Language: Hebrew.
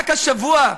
רק השבוע,